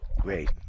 great